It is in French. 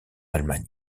allemagne